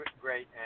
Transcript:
great